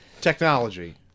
technology